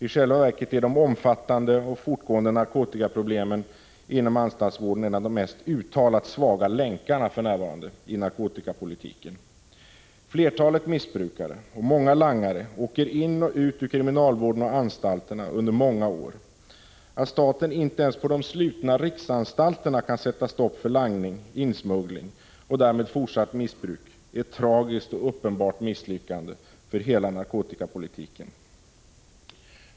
I själva verket är de omfattande och fortgående narkotikaproblemen inom anstaltsvården för närvarande en av de mest uttalat svaga länkarna i narkotikapolitiken. Flertalet missbrukare och många langare åker in i och ut ur kriminalvården och anstalterna under många år. Att staten inte ens på de slutna riksanstalterna kan sätta stopp för langning, insmuggling och därmed fortsatt missbruk är ett tragiskt och uppenbart misslyckande för hela narkotikapolitiken.